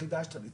חידשת לי.